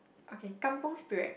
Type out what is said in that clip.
okay Kampung Spirit